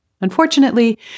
Unfortunately